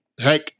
Heck